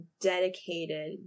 dedicated